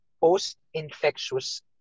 post-infectious